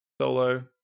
solo